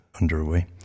underway